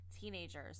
teenagers